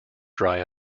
dry